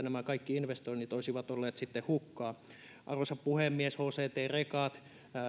nämä kaikki investoinnit olisivat menneet sitten hukkaan arvoisa puhemies hct rekat